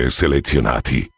selezionati